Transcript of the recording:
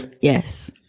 Yes